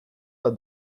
bat